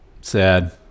Sad